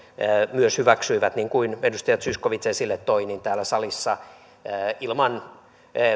myös hyväksyivät niin kuin edustaja zyskowicz esille toi täällä salissa lukuun ottamatta